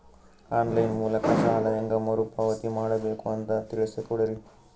On line ಮೂಲಕ ಸಾಲ ಹೇಂಗ ಮರುಪಾವತಿ ಮಾಡಬೇಕು ಅಂತ ತಿಳಿಸ ಕೊಡರಿ?